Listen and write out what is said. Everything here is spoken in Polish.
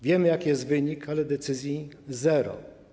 Wiemy, jaki jest wynik, ale decyzji zero.